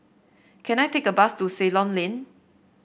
can I take a bus to Ceylon Lane